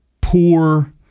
poor